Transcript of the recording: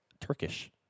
Turkish